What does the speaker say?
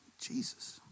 Jesus